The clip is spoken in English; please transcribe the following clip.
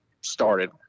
started